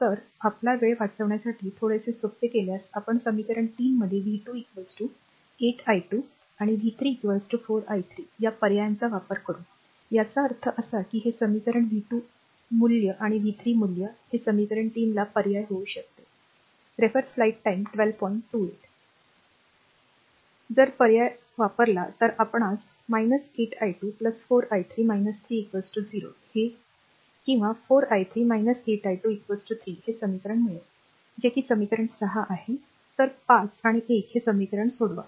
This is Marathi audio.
तरआपला वेळ वाचविण्यासाठी थोडेसे सोपे केल्यास आपण समीकरण 3 मध्ये v 2 8 i2 आणि v 3 4 i3 या पर्यायांचा वापर करू याचा अर्थ असा की हे समीकरण v 2 मूल्य आणि v 3 मूल्य हे समीकरण 3 ला पर्याय होऊ शकेल जर पर्याय वापरला तर आपणास r 8 i2 4 i3 3 0 हे किंवा 4 i3 8 i2 3 हे समीकरण मिळेल जे कि समीकरण ६ आहे तर ५ आणि १ हे समीकरण सोडवा